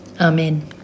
Amen